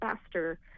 faster